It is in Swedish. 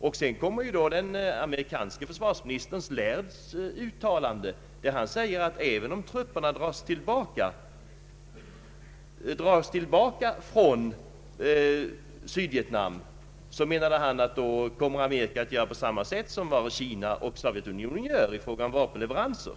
Jag vill erinra om amerikanske försvarsministern Lairds uttalande att även om trupperna dras tillbaka från Sydvietnam, så kommer USA att göra på samma sätt som Kina och Sovjetunionen i fråga om vapenleveranser.